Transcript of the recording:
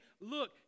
look